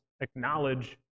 acknowledge